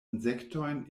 insektojn